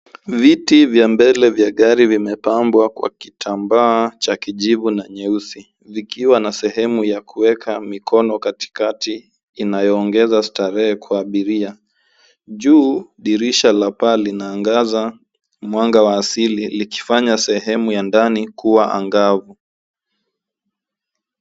Viti vya mbele vya gari vimepambwa kwa kitambaa cha kijivu na nyeusi vikiwa na sehemu ya kuweka mikono katikati inayoongeza starehe kwa abiria. Juu, dirisha la paa linaangaza mwanga wa asili likifanya sehemu ya ndani kuwa angavu.